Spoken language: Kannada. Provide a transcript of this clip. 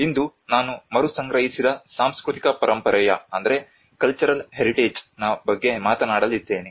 ಇಂದು ನಾನು ಮರುಸಂಗ್ರಹಿಸಿದ ಸಾಂಸ್ಕೃತಿಕ ಪರಂಪರೆಯ ಬಗ್ಗೆ ಮಾತನಾಡಲಿದ್ದೇನೆ